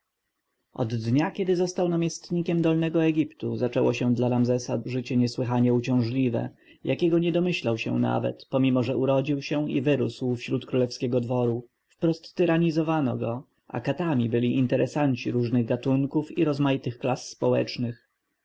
od dnia kiedy został namiestnikiem dolnego egiptu zaczęło się dla ramzesa życie niesłychanie uciążliwe jakiego nie domyślał się nawet pomimo że urodził się i wyrósł wśród królewskiego dworu wprost tyranizowano go a katami byli interesanci różnych gatunków i rozmaitych klas społecznych